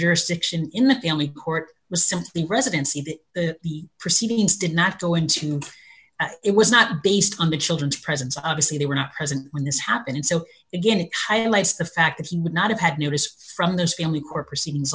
jurisdiction in the family court was simply residency the the the proceedings did not go into it was not based on the children's presence obviously they were not present when this happened so again it highlights the fact that he would not have had notice from this family court proceedings